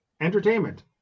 entertainment